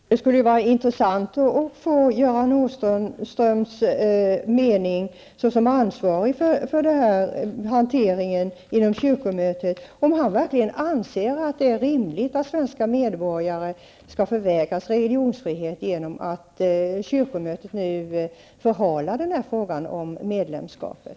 Herr talman! Det skulle vara intressant att få höra om Göran Åstrand som ansvarig för hanteringen av dessa saker inom kyrkomötets ram verkligen anser att det är rimligt att svenska medborgare förvägras religionsfrihet, vilket ju sker i och med kyrkomötets förhalande i fråga om medlemskapet.